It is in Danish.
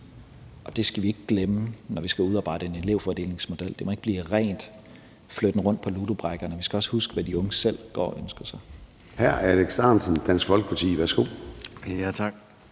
Det skal vi ikke glemme, når vi skal udarbejde en elevfordelingsmodel. Det må ikke blive en ren flytten rundt på ludobrikkerne; vi skal også huske, hvad de unge selv går og ønsker sig. Kl. 10:36 Formanden (Søren Gade): Hr. Alex Ahrendtsen, Dansk Folkeparti. Værsgo. Kl.